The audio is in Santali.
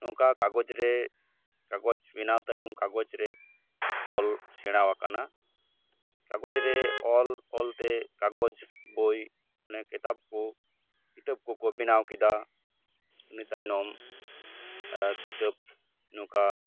ᱱᱚᱝᱠᱟ ᱠᱟᱜᱚᱡ ᱨᱮ ᱠᱟᱜᱚᱡ ᱵᱮᱱᱟᱣ ᱛᱟᱭᱚᱢ ᱠᱟᱜᱚᱡ ᱨᱮ ᱚᱞ ᱥᱮᱬᱟ ᱟᱠᱟᱱᱟ ᱠᱟᱜᱚᱡ ᱨᱮ ᱚᱞ ᱚᱞᱛᱮ ᱠᱟᱜᱚᱡ ᱵᱚᱭ ᱚᱱᱮ ᱠᱤᱛᱟᱵ ᱠᱩ ᱠᱤᱛᱟᱹᱵ ᱠᱩᱠᱩ ᱵᱮᱱᱟᱣ ᱠᱮᱫᱟ ᱤᱱᱟᱹ ᱛᱟᱭᱱᱚᱢ ᱠᱤᱛᱟᱵ ᱱᱚᱝᱠᱟ